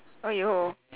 !aiyo!